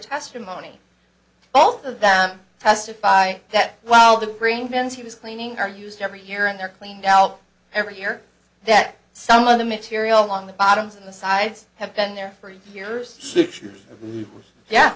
testimony all of them testify that while the green bins he was cleaning are used every year and they're cleaned out every year that some of the material along the bottoms and the sides have been there for years ye